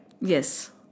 Yes